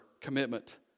commitment